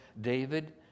David